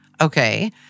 okay